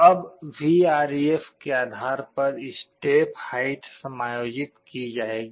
अब Vref के आधार पर स्टेप हाइट समायोजित की जाएगी